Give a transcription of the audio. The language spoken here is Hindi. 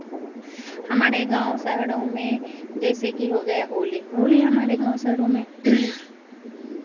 हमारे गांव शहरों में जैसे कि हो गया होली होली हमारे गांव शहरों में